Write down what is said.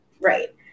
Right